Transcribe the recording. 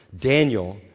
Daniel